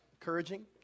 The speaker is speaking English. encouraging